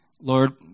Lord